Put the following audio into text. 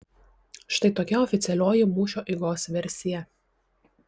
štai tokia oficialioji mūšio eigos versija